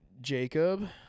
Jacob